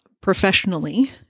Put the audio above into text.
professionally